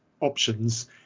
options